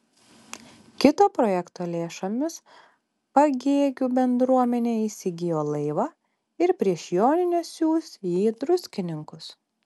kito projekto lėšomis pagėgių bendruomenė įsigijo laivą ir prieš jonines siųs jį į druskininkus